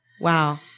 Wow